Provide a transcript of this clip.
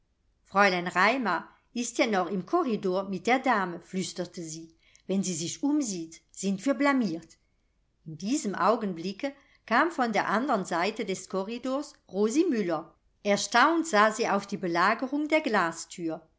fräulein raimar ist ja noch im korridor mit der dame flüsterte sie wenn sie sich umsieht sind wir blamiert in diesem augenblicke kam von der andern seite des korridors rosi müller erstaunt sah sie auf die belagerung der glasthür